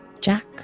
Jack